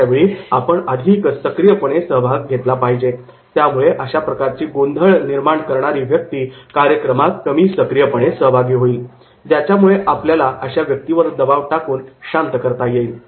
अशावेळी आपण अधिक सक्रियपणे सहभाग घेतला पाहिजे त्यामुळे अशा प्रकारची गोंधळ निर्माण करणारी व्यक्ती कार्यक्रमात कमी सक्रियपणे सहभागी होईल ज्याच्यामुळे आपल्याला अशा व्यक्तीवर दबाव टाकून त्याला शांत करता येईल